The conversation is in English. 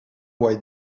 why